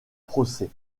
procès